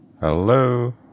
Hello